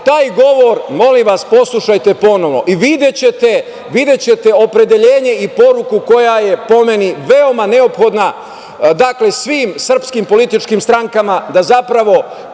taj govor, molim vas, poslušajte ponovo i videćete opredeljenje i poruku koja je, po meni, veoma neophodna svim srpskim političkim strankama da zapravo